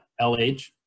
LH